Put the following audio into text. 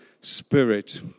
Spirit